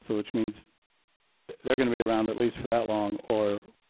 so which means they're going to be around at least for that long or